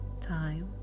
time